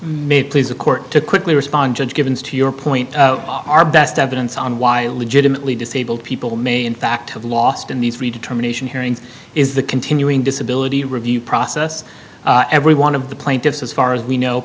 may please the court to quickly respond judge givens to your point our best evidence on why legitimately disabled people may in fact have lost in these three determination hearings is the continuing disability review process every one of the plaintiffs as far as we know